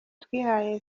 twihaye